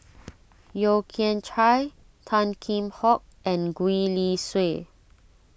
Yeo Kian Chye Tan Kheam Hock and Gwee Li Sui